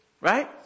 right